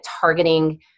targeting